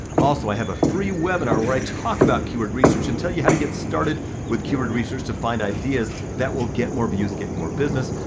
also, i have a free webinar where i talk about keyword research and tell you how to get started with keyword research, to find ideas that will get more views and get you more business.